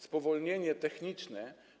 Spowolnienie techniczne.